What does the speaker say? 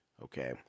Okay